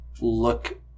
look